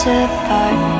apart